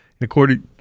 According